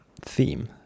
theme